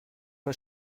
pas